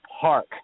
park